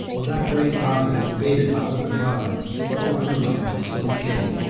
while that great body was invaded by open violence, or undermined by slow decay,